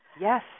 Yes